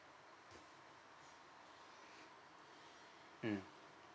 mm